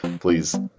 please